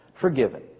forgiven